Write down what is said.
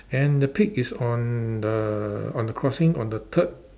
and the pig is on the on the crossing on the third